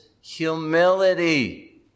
humility